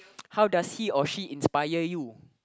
how does he or she inspire you